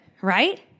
right